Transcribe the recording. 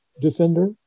defender